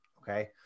Okay